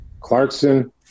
Clarkson